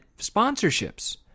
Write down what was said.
sponsorships